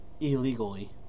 illegally